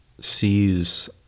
sees